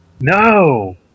No